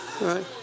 right